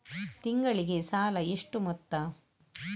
ತಿಂಗಳಿಗೆ ಸಾಲ ಎಷ್ಟು ಮೊತ್ತ?